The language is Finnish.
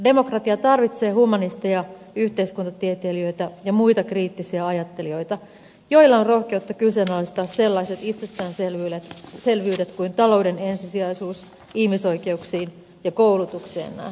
demokratia tarvitsee humanisteja yhteiskuntatieteilijöitä ja muita kriittisiä ajattelijoita joilla on rohkeutta kyseenalaistaa sellaiset itsestäänselvyydet kuin talouden ensisijaisuus ihmisoikeuksiin ja koulutukseen nähden